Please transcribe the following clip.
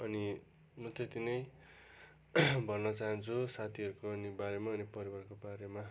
अनि म त्यति नै भन्न चाहन्छु साथीहरूको अनि बारेमा अनि परिवारको बारेमा